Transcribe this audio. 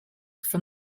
from